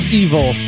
evil